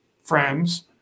friends